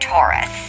Taurus